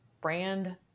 brand